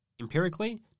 empirically